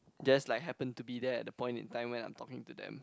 just like happen to be there at the point in time when I'm talking to them